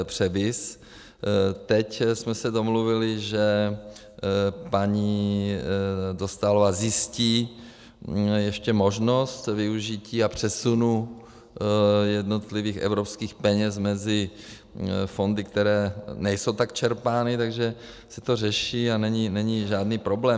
Teď jsme se domluvili, že paní Dostálová zjistí ještě možnost využití a přesunu jednotlivých evropských peněz mezi fondy, které nejsou tak čerpány, takže se to řeší a není žádný problém.